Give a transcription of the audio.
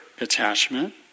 attachment